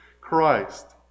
Christ